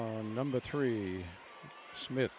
arm number three smith